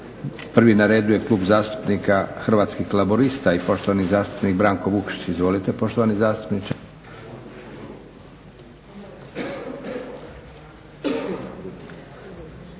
prvi na redu je Klub zastupnika Hrvatskih laburista i poštovani zastupnik Branko Vukšić. Izvolite poštovani zastupniče.